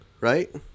Right